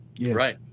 Right